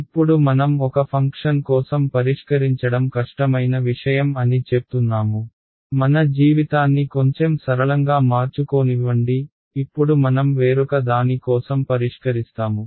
ఇప్పుడు మనం ఒక ఫంక్షన్ కోసం పరిష్కరించడం కష్టమైన విషయం అని చెప్తున్నాము మన జీవితాన్ని కొంచెం సరళంగా మార్చుకోనివ్వండి ఇప్పుడు మనం వేరొక దాని కోసం పరిష్కరిస్తాము